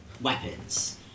weapons